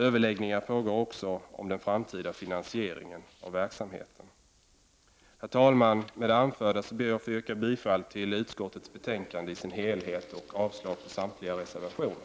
Överläggningar pågår också om den framtida finansieringen av verksamheten. Herr talman! Med det anförda ber jag att få yrka bifall till utskottets hemställan i dess helhet och avslag på samtliga reservationer.